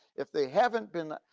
if they haven't been,